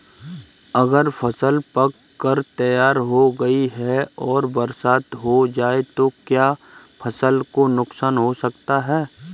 अगर फसल पक कर तैयार हो गई है और बरसात हो जाए तो क्या फसल को नुकसान हो सकता है?